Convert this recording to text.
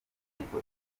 inteko